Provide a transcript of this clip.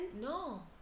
No